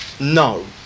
no